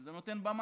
כי זה נותן במה